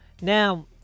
Now